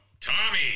Tommy